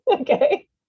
Okay